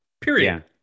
period